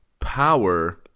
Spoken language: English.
power